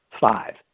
Five